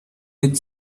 with